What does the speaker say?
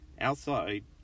Outside